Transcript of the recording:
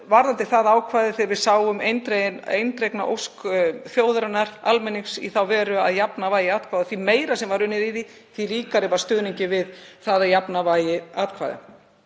varðandi það ákvæði sáum við eindregna ósk þjóðarinnar, almennings, í þá veru að jafna vægi atkvæða. Og því meira sem var unnið í því, því ríkari varð stuðningurinn við það að jafna vægi atkvæða.